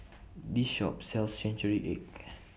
This Shop sells Century Egg